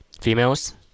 Females